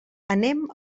anem